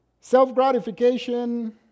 Self-gratification